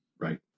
Right